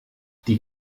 die